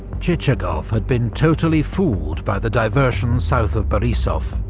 chichagov had been totally fooled by the diversion south of borisov,